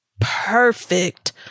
perfect